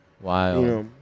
wow